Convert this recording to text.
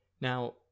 Now